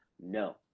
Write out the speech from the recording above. no